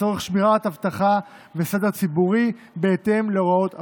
לצורך שמירת אבטחה וסדר ציבורי בהתאם להוראות החוק.